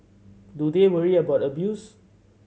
do they worry about abuse